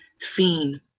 Fiend